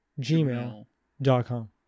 gmail.com